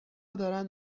دارن